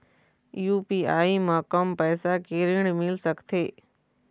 UPI म कम पैसा के ऋण मिल सकथे?